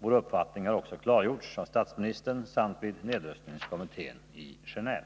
Vår uppfattning har också klargjorts av statsministern samt vid nedrustningskommittén i Geneve.